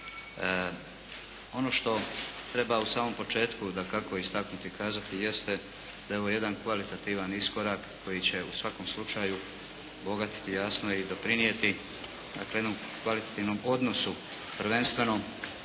Ono što treba u samom početku dakako istaknuti i kazati jeste da je ovo jedan kvalitativan iskorak koji će u svakom slučaju obogatiti jasno i doprinijeti jednom kvalitativnom odnosu prvenstveno